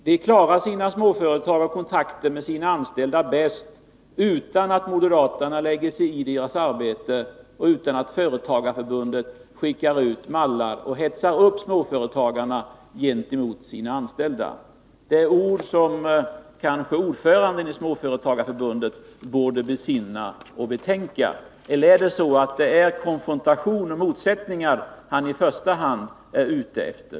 De klarar sina småföretag och kontakten med sina anställda bäst om inte moderaterna lägger sig i deras arbete, och utan att Företagarförbundet skickar ut mallar och hetsar upp småföretagarna gentemot deras anställda. Det är ord som ordföranden i Småföretagarförbundet kanske borde besinna och betänka. Eller är det konfrontation och motsättningar han i första hand är ute efter?